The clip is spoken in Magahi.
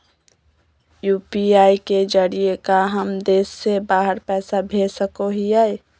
यू.पी.आई के जरिए का हम देश से बाहर पैसा भेज सको हियय?